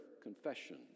confession